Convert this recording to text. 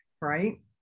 right